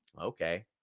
Okay